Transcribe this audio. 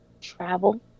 travel